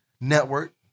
network